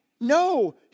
No